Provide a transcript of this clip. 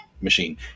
machine